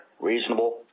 reasonable